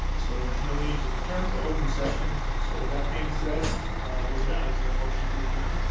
so there was no need to return to open session. so with that being said we're done. is there a motion to adjourn?